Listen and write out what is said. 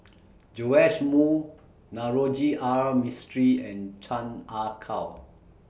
Joash Moo Navroji R Mistri and Chan Ah Kow